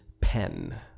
pen